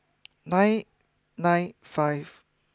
nine nine five